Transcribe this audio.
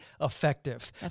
effective